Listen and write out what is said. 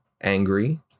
angry